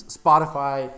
spotify